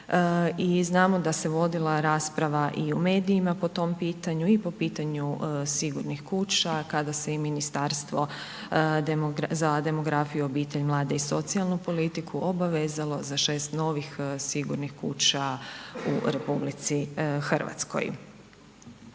i znamo da se vodila rasprava i u medijima po tom pitanju i po pitanju sigurnih kuća kada se i Ministarstvo za demografiju, obitelj, mlade i socijalnu politiku obavezalo za 6 novih sigurnih kuća u Republici Hrvatskoj.